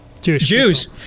Jews